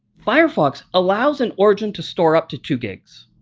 firefox allows an origin to store up to two gigs.